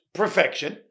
perfection